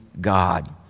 God